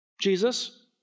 Jesus